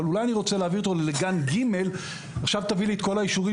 אולי הוא רוצה להעביר אותו לגן ג' ועכשיו תן לי את כל האישורים